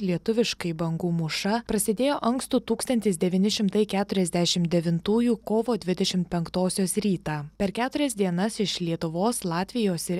lietuviškai bangų mūša prasidėjo ankstų tūkstantis devyni šimtai keturiasdešimt devintųjų kovo dvidešimt penktosios rytą per keturias dienas iš lietuvos latvijos ir